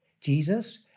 Jesus